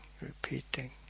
repeating